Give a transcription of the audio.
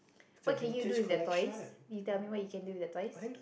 what you can do with the toys you tell me what can you do with the toys